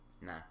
Nah